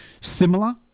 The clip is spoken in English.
similar